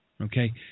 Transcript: Okay